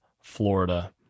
Florida